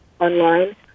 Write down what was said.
online